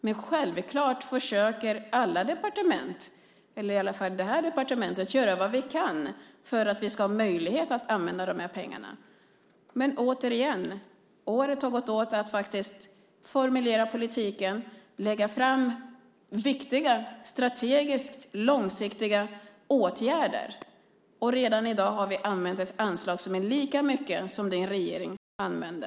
Men självklart försöker alla departement, eller i alla fall det här departementet, göra vad vi kan för att vi ska ha möjlighet att använda pengarna. Men återigen: Året har gått åt till att formulera politiken och lägga fram viktiga strategiskt långsiktiga åtgärder. Redan i dag har vi använt ett anslag som är lika stort som det din regering använde.